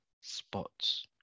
spots